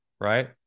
right